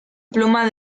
pluma